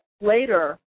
later